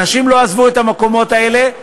אנשים לא עזבו את המקומות האלה,